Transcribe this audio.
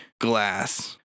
glass